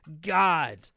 God